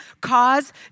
cause